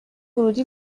ورودی